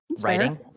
writing